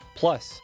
plus